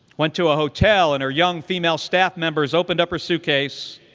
went to a hotel, and her young female staff members opened up her suitcase